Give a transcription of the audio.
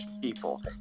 people